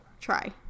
try